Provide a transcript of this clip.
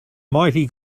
mighty